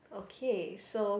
okay so